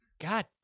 God